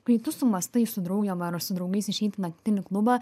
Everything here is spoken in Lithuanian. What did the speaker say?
kai tu sumąstai su draugėm ar su draugais išeit į naktinį klubą